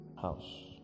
house